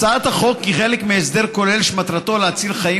הצעת החוק היא חלק מהסדר כולל שמטרתו להציל חיים